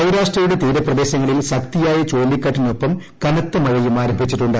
സൌരാഷ്ട്രയുടെ തീരപ്രദേശങ്ങളിൽ ശക്തീയായ ചുഴലിക്കാറ്റിനൊപ്പം കനത്ത മഴയും ആരംഭിച്ചിട്ടുണ്ട്